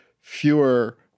fewer